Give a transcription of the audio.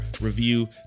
review